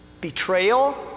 Betrayal